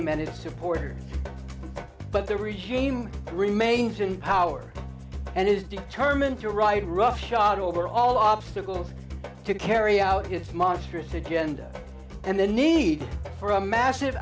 gime and its supporters but the regime remains in power and is determined to ride roughshod over all obstacles to carry out his monstrous agenda and the need for a massive